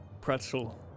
Pretzel